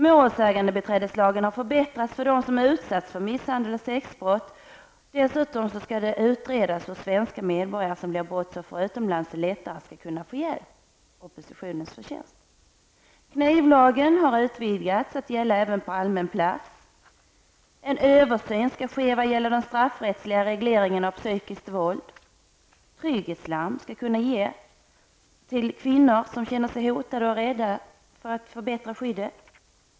Målsägandebiträdeslagen har förbättrats för dem som utsatts för misshandel och sexbrott. Desstom skall det utredas hur svenska medborgare, som blir brottsoffer utomlands, lättare skall kunna få hjälp -- oppositionens förtjänst. En översyn skall ske vad gäller den straffrättsliga regleringen av psykiskt våld. Trygghetslarm skall kunna ges till kvinnor som känner sig hotade och rädda, för att förbättra skyddet.